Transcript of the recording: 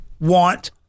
want